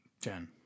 Jen